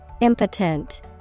Impotent